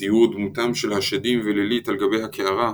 ציור דמותם של השדים ולילית על גבי הקערה,